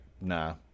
nah